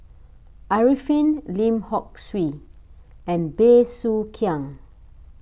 Arifin Lim Hock Siew and Bey Soo Khiang